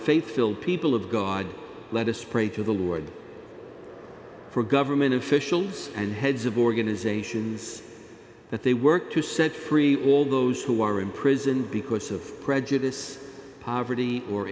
filled people of god let us pray to the lord for government officials and heads of organizations that they work to set free all those who are imprisoned because of prejudice poverty or